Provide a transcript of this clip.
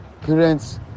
parents